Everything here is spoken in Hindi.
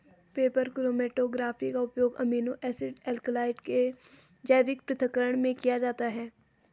पेपर क्रोमैटोग्राफी का उपयोग अमीनो एसिड एल्कलॉइड के जैविक पृथक्करण में किया जाता है